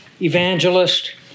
evangelist